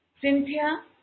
Cynthia